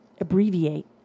abbreviate